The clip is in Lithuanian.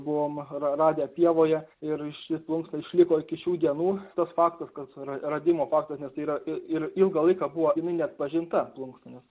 buvom ra radę pievoje ir ši plunksna išliko iki šių dienų tas faktas kad radimo faktas nes tai yra ir ir ilgą laiką buvo jinai neatpažinta plunksna